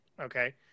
Okay